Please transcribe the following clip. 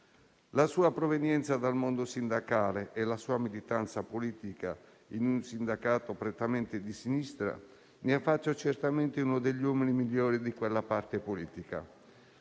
La sua provenienza dal mondo sindacale e la sua militanza politica in un sindacato prettamente di sinistra ne ha fatto certamente uno degli uomini migliori di quella parte politica,